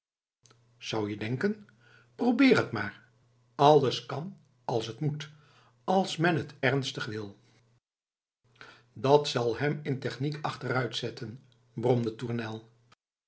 zou je denken probeer t maar alles kan als t moet als men t ernstig wil dat zal hem in de techniek achteruitzetten bromde tournel